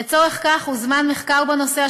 לצורך זה הוזמן מחקר בנושא,